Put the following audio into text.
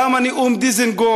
למה נאמו את נאום דיזנגוף.